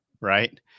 right